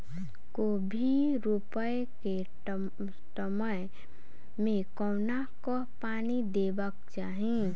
कोबी रोपय केँ टायम मे कोना कऽ पानि देबाक चही?